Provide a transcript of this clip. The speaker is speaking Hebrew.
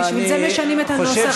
בשביל זה משנים את הנוסח,